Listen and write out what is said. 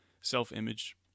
self-image